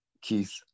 Keith